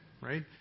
right